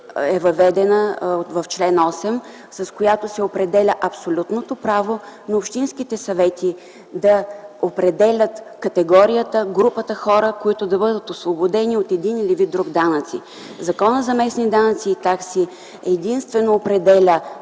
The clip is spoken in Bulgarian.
е въведена ал. 6, с която се определя абсолютното право на общинските съвети да определят категорията, групата хора, които да бъдат освободени от един или друг данък. Законът за местните данъци и такси единствено определя